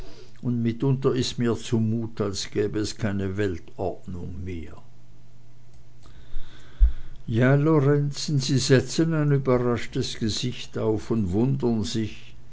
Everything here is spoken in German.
und mitunter ist mir zumut als gäbe es keine weltordnung mehr aber herr superintendent ja lorenzen sie setzen ein überraschtes gesicht auf und wundern sich